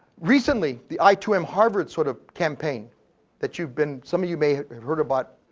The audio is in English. recently, the i, too, am harvard sort of campaign that you've been, some of you may have heard about,